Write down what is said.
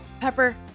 Pepper